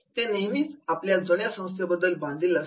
ते नेहमीच आपल्या जुन्या संस्थेला बांधील असतात